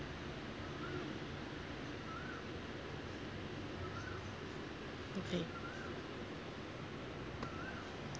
okay